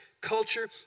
culture